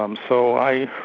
um so i